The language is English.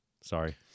Sorry